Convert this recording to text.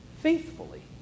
faithfully